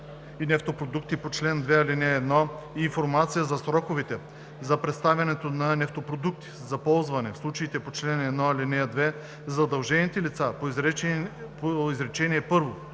в нефтопродукти по чл. 2, ал. 1 и информация за сроковете за предоставянето на нефтопродукти за ползване в случаите по чл. 1, ал. 2. Задължените лица по изречение първо,